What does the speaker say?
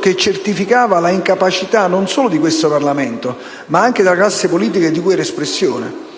che certificava l'incapacità non solo di questo Parlamento, ma anche della classe politica di cui era espressione.